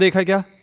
like hookah